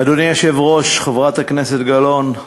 אדוני היושב-ראש, חברת הכנסת גלאון,